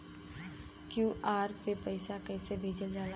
QR से पैसा कैसे भेजल जाला?